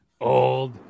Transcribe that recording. old